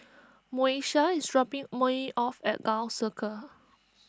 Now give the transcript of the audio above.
Moesha is dropping me off at Gul Circle